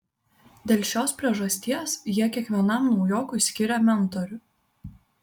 dėl šios priežasties jie kiekvienam naujokui skiria mentorių